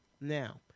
Now